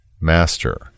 Master